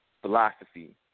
philosophy